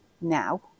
now